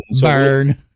Burn